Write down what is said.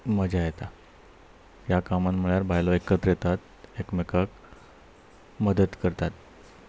मजा येता ह्या कामान म्हळ्यार बायलो एकत्रेतात एकमेकाक मदत करतात